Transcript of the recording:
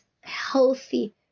healthy